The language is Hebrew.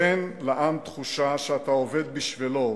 תן לעם תחושה שאתה עובד בשבילו,